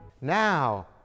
Now